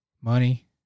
money